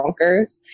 bonkers